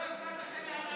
לא אכפת לכם מהנהגים,